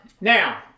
Now